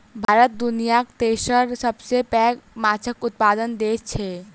भारत दुनियाक तेसर सबसे पैघ माछक उत्पादक देस छै